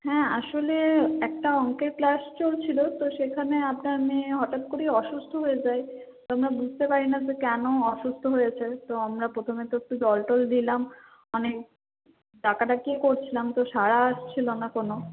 হ্যাঁ আসলে একটা অঙ্কের ক্লাস চলছিলো তো সেখানে আপনার মেয়ে হঠাৎ করেই অসুস্থ হয়ে যায় আমরা বুঝতে পারি না যে কেন অসুস্থ হয়েছে তো আমরা প্রথমে তো একটু জল টল দিলাম অনেক ডাকাডাকিও করছিলাম তো সারা আসছিলো না কোনো